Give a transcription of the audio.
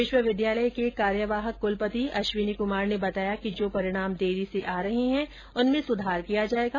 विश्वविद्यालय के कार्यवाहक कुलपति अश्विनी कुमार ने बताया कि जो परिणाम देरी से आ रहे है उनमें सुधार किया जायेगा